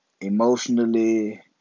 emotionally